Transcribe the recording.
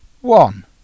one